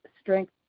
strength